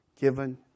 given